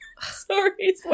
Sorry